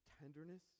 tenderness